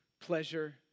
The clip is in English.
pleasure